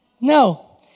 No